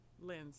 lens